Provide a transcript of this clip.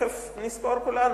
תיכף נזכור כולנו.